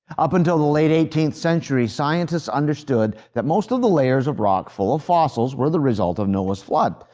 up until the late eighteenth century, scientists understood that most of the layers of rock full of fossils were the result of noah's flood.